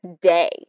day